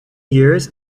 years